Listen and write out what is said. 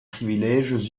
privilèges